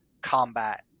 combat